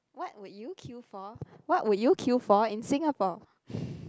what would you queue for what would you queue for in Singapore